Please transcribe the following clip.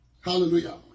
Hallelujah